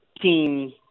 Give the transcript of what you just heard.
team